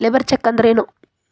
Labour check ಅಂದ್ರ ಏನು?